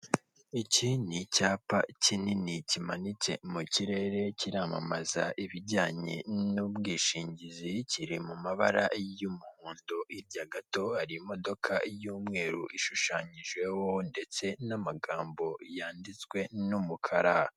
Iki ni icyapa kinini kimanitse mu kirere, kiramamaza ibijyanye n'ubwishingizi, kiri mu mabara y'umuhondo, hirya gato hari imodoka y'umweru ishushanyijeho ndetse n'amagambo yanditswe n'umukara.